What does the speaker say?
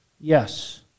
Yes